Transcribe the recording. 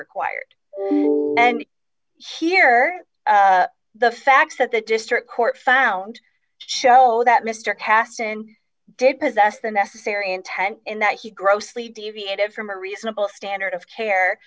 required and here the facts that the district court found show that mr kasten did possess the necessary intent in that he grossly deviated from a reasonable standard of care